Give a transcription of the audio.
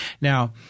Now